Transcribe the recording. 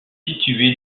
située